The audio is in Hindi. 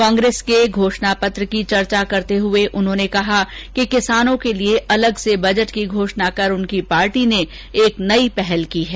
कांग्रेस के घोषणापत्र की चर्चा करते हुए उन्होंने कहा कि किसानों के लिए अलग से बजट की घोषणा कर उनकी पार्टी ने एक नई पहल की है